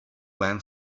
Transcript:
man